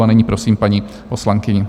A nyní prosím paní poslankyni.